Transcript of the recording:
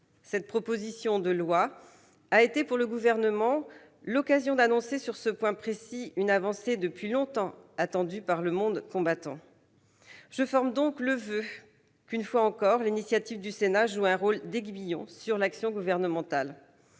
Cette proposition de loi a été, pour le Gouvernement, l'occasion d'annoncer sur ce point précis une avancée depuis longtemps attendue par le monde combattant. Je forme donc le voeu qu'une fois encore l'initiative du Sénat joue un rôle d'aiguillon pour l'action gouvernementale.